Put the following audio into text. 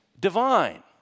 divine